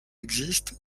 existent